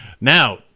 Now